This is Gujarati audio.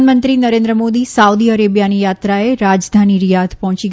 પ્રધાનમંત્રી નરેન્દ્ર મોદી સાઉદી અરેબીયાની યાત્રાએ રાજધાની રિયાધ પહોંચી